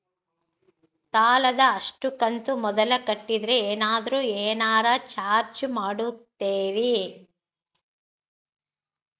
ಸಾಲದ ಅಷ್ಟು ಕಂತು ಮೊದಲ ಕಟ್ಟಿದ್ರ ಏನಾದರೂ ಏನರ ಚಾರ್ಜ್ ಮಾಡುತ್ತೇರಿ?